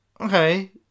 okay